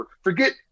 Forget